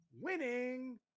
Winning